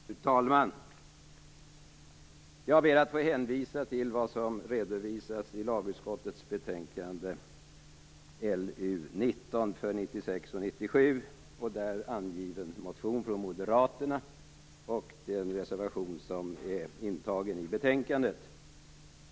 Fru talman! Jag ber att få hänvisa till vad som redovisas i lagutskottets betänkande, 1996/97:LU19, och den där angivna motionen från Moderaterna samt till den reservation som fogats till betänkandet.